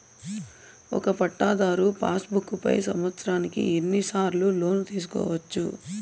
ఒక పట్టాధారు passbook పై సంవత్సరానికి ఎన్ని సార్లు లోను తీసుకోవచ్చు?